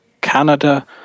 Canada